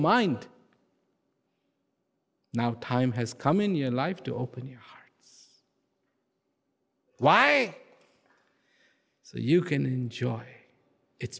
mind now time has come in your life to open your why so you can enjoy it